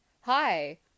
hi